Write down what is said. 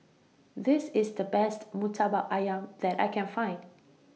This IS The Best Murtabak Ayam that I Can Find